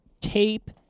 tape